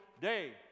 day